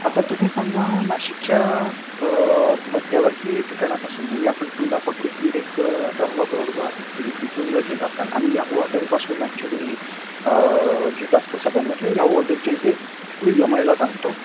आता तुम्ही समजा नाशिकच्या मध्यवर्ती ठिकाणापासून म्हणजे आपण समजा पकडू की एक त्रंबक रोड जो आहे तुम्ही तिथून जर घेत असाल आम्ही याहू हॉटेलपासून ॲक्च्युली घेत असतो सगळ्यांना किंवा याहू हॉटेलच्या इथे तुम्ही जमायला सांगतो